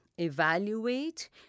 evaluate